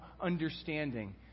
understanding